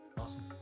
Awesome